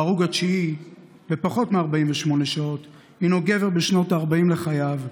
ההרוג התשיעי בפחות מ-48 שעות הוא גבר בשנות ה-40 לחיו.